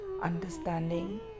understanding